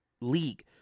league